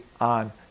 on